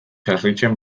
harritzen